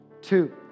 two